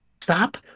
Stop